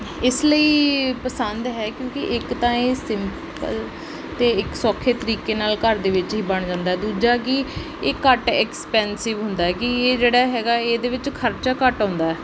ਇਸ ਲਈ ਪਸੰਦ ਹੈ ਕਿਉਂਕਿ ਇੱਕ ਤਾਂ ਇਹ ਸਿੰਪਲ ਅਤੇ ਇੱਕ ਸੌਖੇ ਤਰੀਕੇ ਨਾਲ ਘਰ ਦੇ ਵਿੱਚ ਹੀ ਬਣ ਜਾਂਦਾ ਦੂਜਾ ਕਿ ਇਹ ਘੱਟ ਐਕਸਪੈਂਸਿਵ ਹੁੰਦਾ ਕਿ ਇਹ ਜਿਹੜਾ ਹੈਗਾ ਇਹਦੇ ਵਿੱਚ ਖਰਚਾ ਘੱਟ ਆਉਂਦਾ